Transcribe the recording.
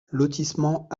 lotissement